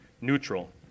neutral